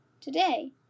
Today